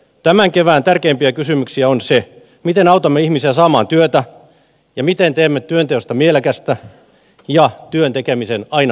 tämän kevään tärkeimpiä kysymyksiä on se miten autamme ihmisiä saamaan työtä ja miten teemme työnteosta mielekästä ja työn tekemisen aina palkitsevaksi